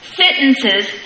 sentences